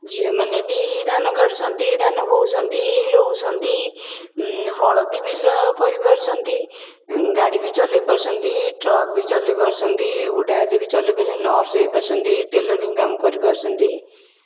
ଝିଅମାନେ ବି ଧାନ କାଟୁଛନ୍ତି ଧାନ ବୋହୁଛନ୍ତି ରୋଉଛନ୍ତି ହଳ ବି ବିଲ କରିପାରୁଛନ୍ତି ଗାଡ଼ିବି ଚଲେଇ ପାରୁଛନ୍ତି ଟ୍ରକ ବି ଚଲେଇ ପାରୁଛନ୍ତି ଉଡ଼ାଜାହାଜ ବି ଚଲେଇ ପାରୁଛନ୍ତି ନର୍ସ ବି ହେଇ ପାରୁଛନ୍ତି ଟେଲରିଂ କାମ କରି ପାରୁଛନ୍ତି